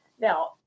now